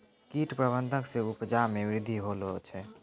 कीट प्रबंधक से उपजा मे वृद्धि होलो छै